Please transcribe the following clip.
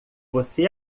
você